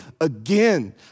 again